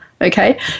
okay